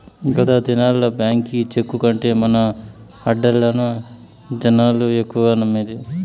గత దినాల్ల బాంకీ చెక్కు కంటే మన ఆడ్డర్లనే జనాలు ఎక్కువగా నమ్మేది